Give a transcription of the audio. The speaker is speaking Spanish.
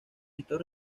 estos